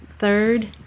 third